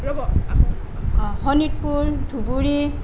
ৰ'ব অঁ শোণিতপুৰ ধুবুৰী